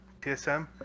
TSM